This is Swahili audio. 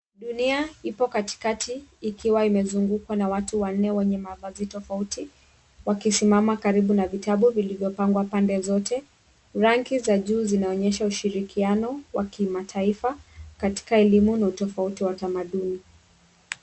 Dunia ipo katikati ikiwa imezungukwa na watu wanne wenye mavazi tofauti wakisimama karibu na vitabu vilivyopangwa pande zote. Rangi za juu zinaonyesha ushirikiano wa kimataifa katika elimu na utofauti wa tamaduni.